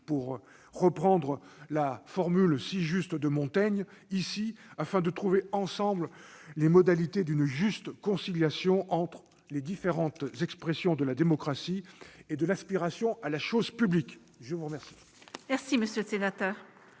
pour reprendre la formule si juste de Montaigne, afin de trouver ensemble les modalités d'une juste conciliation entre les différentes expressions de la démocratie et de l'aspiration à la chose publique. La parole est à M. Jean-Pierre Sueur.